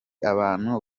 bantu